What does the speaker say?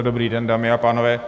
Dobrý den, dámy a pánové.